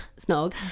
snog